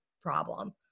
problem